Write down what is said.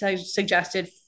suggested